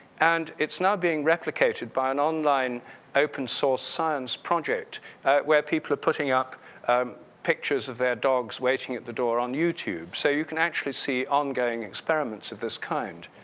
and it's now being replicated by an online open source science project where people are putting up um pictures of their dogs waiting at the door on youtube. so, you can actually see ongoing experiments of this kind.